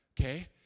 Okay